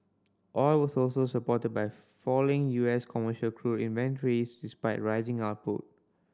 oil was also supported by falling U S commercial crude inventories despite rising output